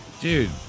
Dude